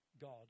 God